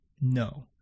No